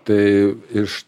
tai iš